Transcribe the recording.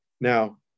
Now